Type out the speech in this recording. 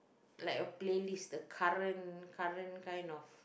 like a playlist the current current kind of